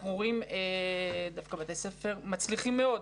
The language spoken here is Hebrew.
אנחנו רואים בתי ספר מצליחים מאוד,